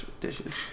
dishes